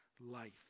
life